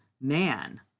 man